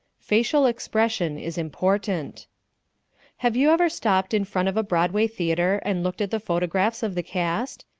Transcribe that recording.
facial expression is important have you ever stopped in front of a broadway theater and looked at the photographs of the cast?